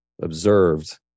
observed